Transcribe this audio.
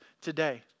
today